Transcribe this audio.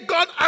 God